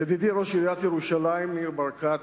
ידידי ראש עיריית ירושלים ניר ברקת,